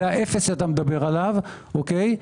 זה האפס שאתה מדבר עליו, אוקיי?